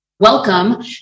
Welcome